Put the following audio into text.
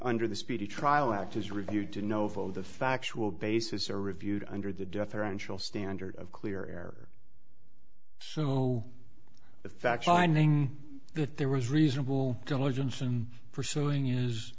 under the speedy trial act is reviewed to know of all the factual basis are reviewed under the death or until standard of clear air so the fact finding that there was reasonable diligence and pursuing is